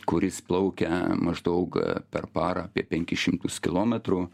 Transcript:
kuris plaukia maždaug per parą apie penkis šimtus kilometrų